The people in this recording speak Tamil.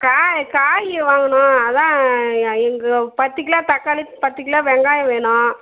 காய் காய் வாங்கணும் அதுதான் எங்கோ பத்து கிலோ தக்காளி பத்து கிலோ வெங்காயம் வேணும்